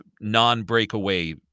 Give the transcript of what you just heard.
non-breakaway